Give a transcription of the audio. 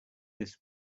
this